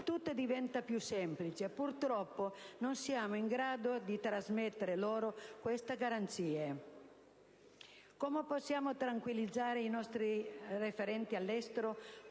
tutto diventa più semplice: purtroppo, non siamo in grado di trasmettere loro queste garanzie. Come possiamo tranquillizzare i nostri referenti all'estero